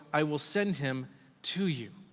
i will send him to you.